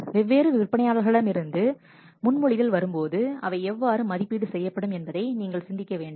வெவ்வேறு விற்பனையாளர்களிடமிருந்து முன்மொழிதல் வரும்போது அவை எவ்வாறு மதிப்பீடு செய்யப்படும் என்பதை நீங்கள் சிந்திக்க வேண்டும்